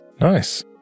Nice